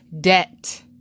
debt